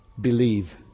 Believe